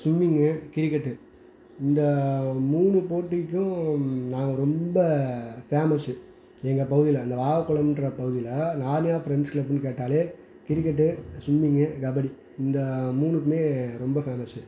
swimming cricket இந்த மூணு போட்டிக்கும் நாங்கள் ரொம்ப ஃபேமஸு எங்கள் பகுதியில் இந்த வாககைக்குளம்ன்ற பகுதியில் நார்னியா ஃப்ரெண்ட்ஸ் க்ளப்னு கேட்டாலே கிரிக்கெட்டு ஸ்விம்மிங்கு கபடி இந்த மூணுக்குமே ரொம்ப ஃபேமஸு